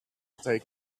take